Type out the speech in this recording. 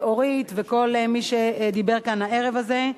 אורית, וכל מי שדיבר כאן הערב הזה.